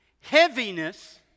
heaviness